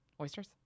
Oysters